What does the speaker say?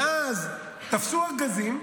ואז תפסו ארגזים,